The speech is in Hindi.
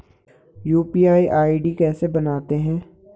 यु.पी.आई आई.डी कैसे बनाते हैं?